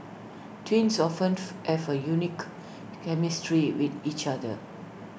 twins often have A unique chemistry with each other